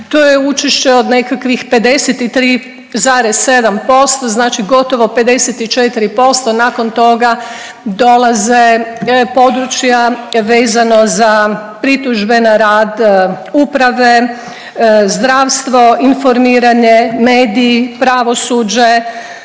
to je učešće od nekakvih 53,7% znači gotovo 54%, nakon toga dolaze područja vezano za pritužbe na rad uprave, zdravstvo, informiranje, mediji, pravosuđe